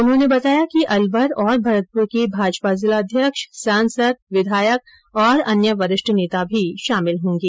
उन्होंने बताया कि अलवर और भरतपुर के भाजपा जिलाध्यक्ष सांसद विधायक तथा अन्य वरिष्ठ नेता भी शामिल होंगे